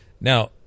Now